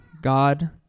God